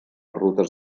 rutes